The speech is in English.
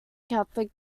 catholic